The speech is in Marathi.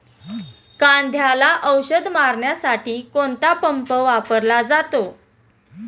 कांद्याला औषध मारण्यासाठी कोणता पंप वापरला जातो?